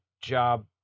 job